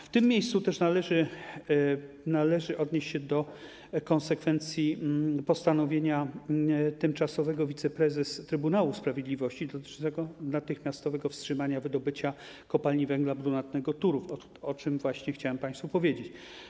W tym miejscu należy odnieść się do konsekwencji postanowienia tymczasowego wiceprezes Trybunału Sprawiedliwości, dotyczącego natychmiastowego wstrzymania wydobycia w Kopalni Węgla Brunatnego Turów, o czym chcę państwu powiedzieć.